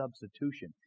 substitution